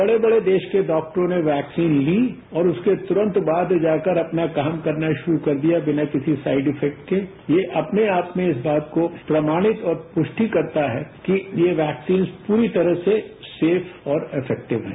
बड़े बड़े देश के डॉक्टरों ने वैक्सीन ली और उसके तुरंत बाद जाकर अपना काम करना शुरू कर दिया बिना किसी साइड इफेक्ट के ये अपने आपको इस बात में प्रमाणित और पुष्टि करता है कि यह वैक्सीन पूरी तरह से सेफ और इफेक्टिव है